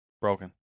Broken